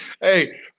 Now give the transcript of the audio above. hey